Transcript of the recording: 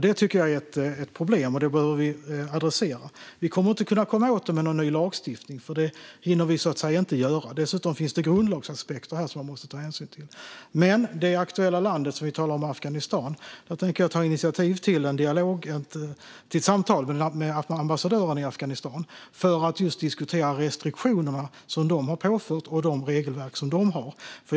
Detta tycker jag är ett problem, och det behöver vi adressera. Vi kommer inte att kunna komma åt detta med ny lagstiftning, för det hinner vi inte göra. Dessutom finns det grundlagsaspekter som man måste ta hänsyn till. Men när det gäller det aktuella landet, Afghanistan, tänker jag ta initiativ till ett samtal med ambassadören i Afghanistan för att diskutera de restriktioner som Afghanistan har påfört och de regelverk som landet har.